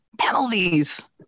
Penalties